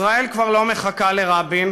ישראל כבר לא מחכה לרבין,